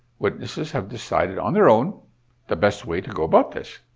witnesses have decided on their own the best way to go about this.